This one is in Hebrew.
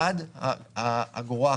עד האגורה האחרונה.